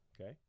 Okay